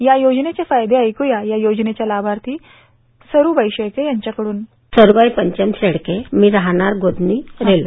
या योजनेचे फायदे ऐकूया या योजनेच्या लाभार्थी सरूबाई शेळके यांच्या कडून साउंड बाईट सरूबाई पंचम शेळके मी राहणार गोधनी गोधनी रेल्वे